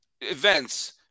events